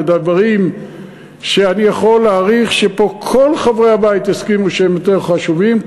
לדברים שאני יכול להעריך שפה כל חברי הבית יסכימו שהם יותר חשובים,